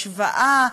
השוואה.